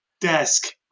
desk